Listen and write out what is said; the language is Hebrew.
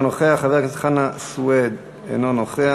אינו נוכח,